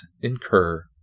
incur